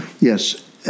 Yes